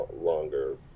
longer